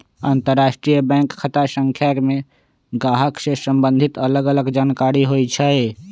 अंतरराष्ट्रीय बैंक खता संख्या में गाहक से सम्बंधित अलग अलग जानकारि होइ छइ